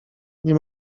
nie